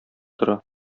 тора